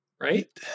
right